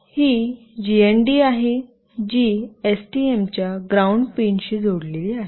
ही GND आहे जी STM च्या ग्राउंड पिनशी जोडलेली आहे